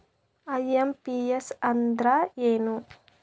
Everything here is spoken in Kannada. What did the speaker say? ಐ.ಎಂ.ಪಿ.ಎಸ್ ಅಂದ್ರ ಏನು?